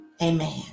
Amen